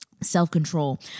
Self-control